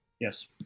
Yes